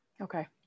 Okay